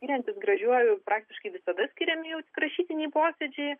skiriantis gražiuoju praktiškai visada skiriami jau tik rašytiniai posėdžiai